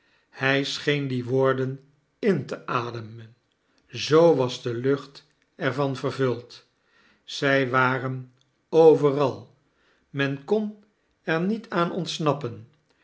hij soheen die woorden in te ademen zoo was de lucht er van vervuld ze waren overal men kon er niet aan ontsnappen